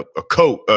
ah a coach,